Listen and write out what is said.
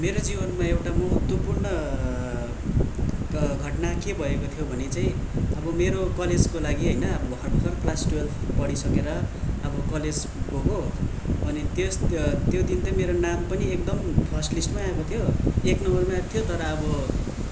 मेरो जीवनमा एउटा महत्त्वपूर्ण घटना के भएको थियो भने चाहिँ अब मेरो कलेजको लागि होइन अब भर्खर भर्खर क्लास टुवेल्ब पढिसकेर अब कलेज गएको अनि त्यस त्योदिन चाहिँ मेरो नाम पनि एकदम फर्स्ट लिस्टमै आएको थियो एक नम्बरमै आएको थियो तर अब